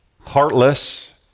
heartless